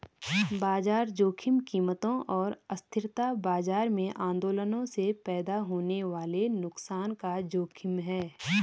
बाजार जोखिम कीमतों और अस्थिरता बाजार में आंदोलनों से पैदा होने वाले नुकसान का जोखिम है